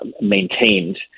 maintained